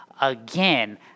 Again